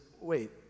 wait